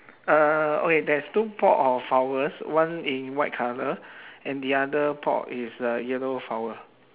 uh okay there's two pot of flowers one in white colour and the other pot is uh yellow flower